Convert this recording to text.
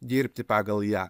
dirbti pagal ją